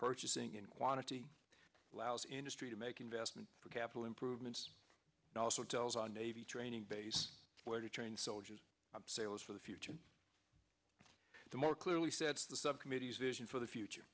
purchasing in quantity allows industry to make investment for capital improvements and also tells our navy training base where to train soldiers sailors for the future the more clearly said the subcommittee's vision for the future